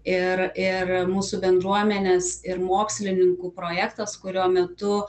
ir ir mūsų bendruomenės ir mokslininkų projektas kurio metu